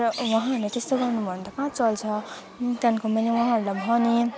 र उहाँले त्यस्तो गर्नु भयो भने त कहाँ चल्छ त्यहाँको मैले उहाँहरूलाई भनेँ